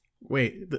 wait